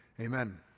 Amen